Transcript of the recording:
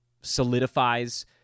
solidifies